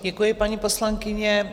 Děkuji, paní poslankyně.